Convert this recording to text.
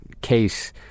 case